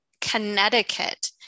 Connecticut